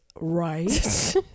right